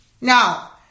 Now